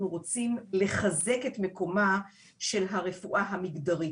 רוצים לחזק את מקומה של הרפואה המגדרית.